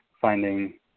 finding